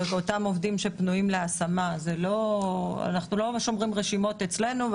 ואותם עובדים שפנויים להשמה לא נשארים ברשימות שמורות אצלנו,